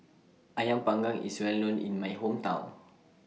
Ayam Panggang IS Well known in My Hometown